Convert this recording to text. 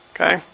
Okay